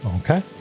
Okay